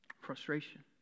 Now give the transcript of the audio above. Frustration